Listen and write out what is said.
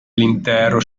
l’intero